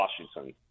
Washington